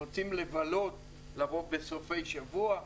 שרוצים לבלות, לבוא בסופי שבוע,